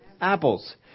apples